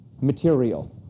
material